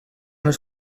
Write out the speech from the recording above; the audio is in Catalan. les